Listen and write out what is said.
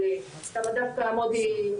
שמה דווקא מודי,